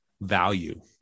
value